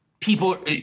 People